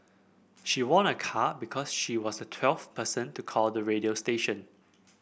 she won a car because she was the twelfth person to call the radio station